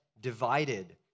divided